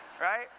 right